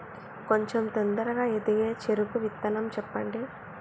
కొంచం తొందరగా ఎదిగే చెరుకు విత్తనం చెప్పండి?